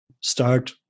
start